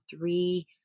three